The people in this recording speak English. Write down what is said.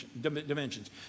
dimensions